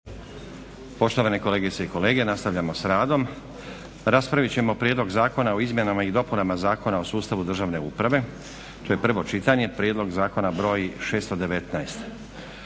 Poštovane kolegice i kolege nastavljamo s radom. Raspravit ćemo - Prijedlog Zakona o izmjenama i dopunama Zakona o sustavu državne uprave, prvo čitanje, P.Z. br. 619